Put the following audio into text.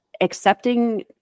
accepting